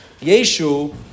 Yeshu